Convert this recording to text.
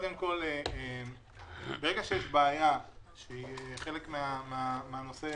ברגע שיש בעיה שהיא חלק מהתקופה,